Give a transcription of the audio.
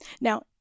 Now